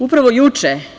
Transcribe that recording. Upravo juče…